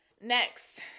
Next